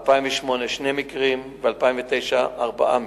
ב-2008, שני מקרים, וב-2009, ארבעה מקרים.